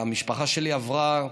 והמשפחה שלי עברה,